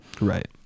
Right